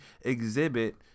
exhibit